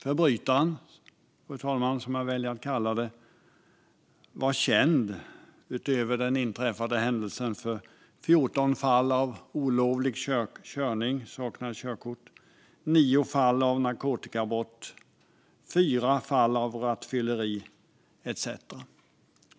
Förbrytaren, som jag väljer att kalla det, fru talman, var utöver den inträffade händelsen känd för 14 fall av olovlig körning - saknade alltså körkort - 9 fall av narkotikabrott, 4 fall av rattfylleri etcetera.